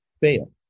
fail